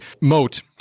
Moat